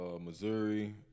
Missouri